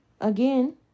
again